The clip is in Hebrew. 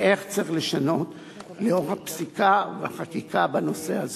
ואיך צריך לשנות לאור הפסיקה והחקיקה בנושא הזה.